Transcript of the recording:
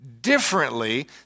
differently